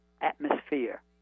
atmosphere